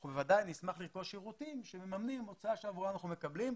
אנחנו בוודאי נשמח לרכוש שירותים שמממנים הוצאה שעבורה אנחנו מקבלים,